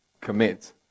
commit